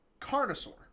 Carnosaur